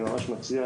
בצואה.